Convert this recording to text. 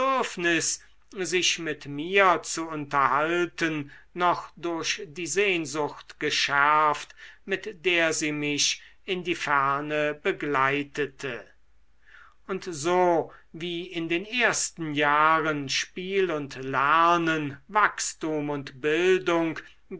sich mit mir zu unterhalten noch durch die sehnsucht geschärft mit der sie mich in die ferne begleitete und so wie in den ersten jahren spiel und lernen wachstum und bildung